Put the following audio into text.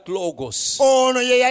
logos